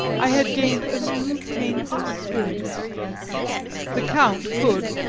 i had gained a new painful experience the count could,